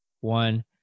one